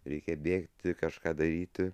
reikia bėgti kažką daryti